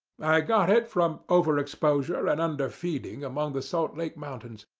i got it from over-exposure and under-feeding among the salt lake mountains.